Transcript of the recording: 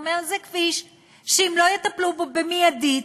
הוא אומר: זה כביש שאם לא יטפלו בו מיידית,